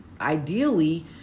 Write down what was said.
ideally